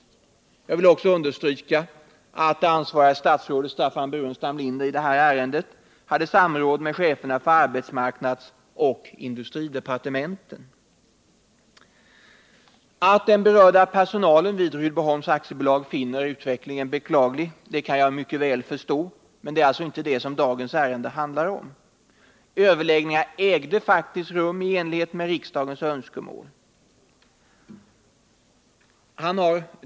Jag vill också understryka att det ansvariga statsrådet Staffan Burenstam Linder i detta ärende hade samråd med cheferna för arbetsmarknadsoch industridepartementen. Att den berörda personalen vid Rydboholms AB finner utvecklingen beklaglig kan jag mycket väl förstå, men det är inte det som dagens debatt handlar om. Överläggningar ägde faktiskt rum i enlighet med riksdagens önskemål.